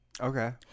Okay